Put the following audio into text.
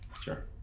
sure